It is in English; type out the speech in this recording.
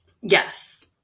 Yes